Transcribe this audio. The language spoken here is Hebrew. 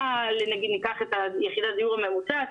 אם ניקח את יחידת הדיור הממוצעת,